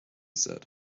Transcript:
said